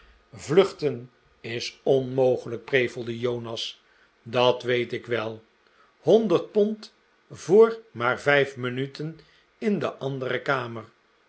vluchten is onmogelijk prevelde jonas dat weet ik wel honderd pond voor maar vijf minuten in de andere kamer